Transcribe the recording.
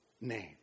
name